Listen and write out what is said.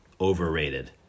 overrated